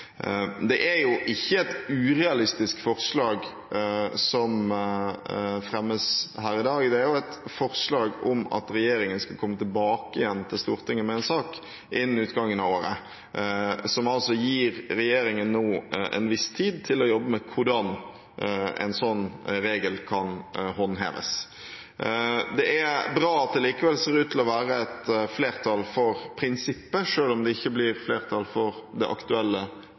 Det er ikke et urealistisk forslag som fremmes her i dag, det er et forslag om at regjeringen skal komme tilbake igjen til Stortinget med en sak innen utgangen av året, som altså gir regjeringen en viss tid til å jobbe med hvordan en sånn regel kan håndheves. Det er bra at det likevel ser ut til å være et flertall for prinsippet, selv om det ikke blir flertall for det aktuelle